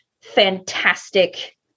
fantastic